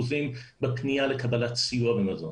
70% בפנייה לקבלת סיוע ומזון.